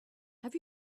have